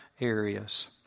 areas